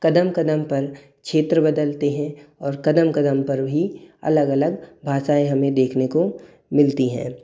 कदम कदम पर क्षेत्र बदलते हैं और कदम कदम पर ही अलग अलग भाषाएँ हमें देखने को मिलती हैं